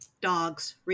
Dogs